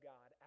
God